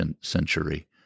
century